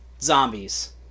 zombies